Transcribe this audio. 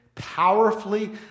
powerfully